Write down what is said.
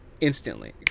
instantly